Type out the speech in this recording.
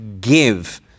give